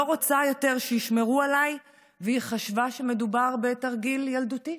רוצה שישמרו עליי והיא חשבה שמדובר בתרגיל ילדותי.